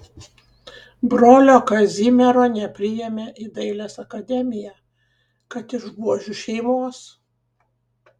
brolio kazimiero nepriėmė į dailės akademiją kad iš buožių šeimos